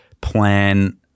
plan